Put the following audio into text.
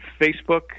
Facebook